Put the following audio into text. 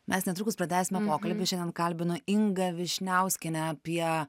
mes netrukus pradėsime pokalbį šiandien kalbinu ingą vyšniauskienę apie